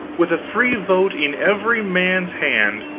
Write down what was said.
with a free vote in every man's hand,